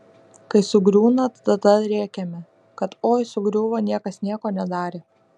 kai sugriūna tada rėkiame kad oi sugriuvo niekas nieko nedarė